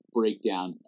breakdown